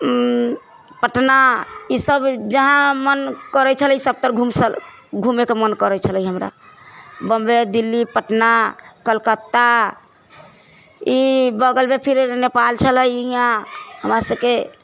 पटना ई सब जहाँ मन करै छलै सबतर घूमेके मन करै छलै हमरा बाम्बे दिल्ली पटना कलकत्ता ई बगलमे फिर नेपाल छलै इहा हमरा सबके